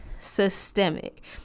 systemic